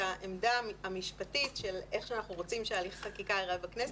את העמדה המשפטית של איך אנחנו רוצים שהליך חקיקה ייראה בכנסת.